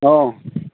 ꯑꯧ